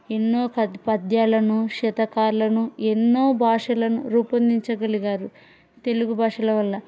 ఎన్నో పద్యాలను శతకాలను ఎన్నో భాషలను రూపొందించగలిగారు తెలుగు భాషల వల్ల